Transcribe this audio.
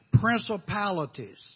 principalities